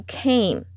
came